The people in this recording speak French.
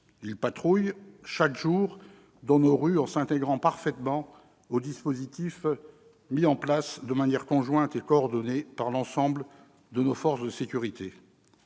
Ils patrouillent chaque jour dans nos rues en s'intégrant parfaitement aux dispositifs mis en place de manière conjointe et coordonnée par l'ensemble de nos forces de sécurité.